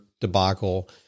debacle